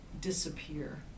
disappear